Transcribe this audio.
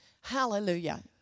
Hallelujah